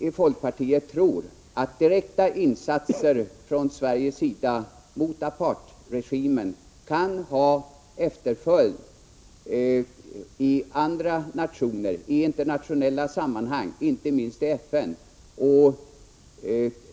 I folkpartiet tror vi att direkta insatser från Sverige mot apartheidregimen kan få efterföljd i andra nationer och i internationella sammanhang, inte minst i FN.